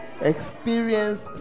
Experience